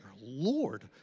Lord